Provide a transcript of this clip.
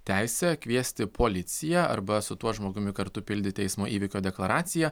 teisę kviesti policiją arba su tuo žmogumi kartu pildyti eismo įvykio deklaraciją